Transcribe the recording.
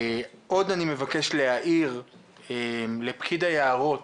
עוד אני מבקש להעיר לפקיד היערות